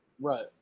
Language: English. Right